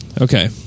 Okay